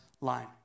line